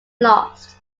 lost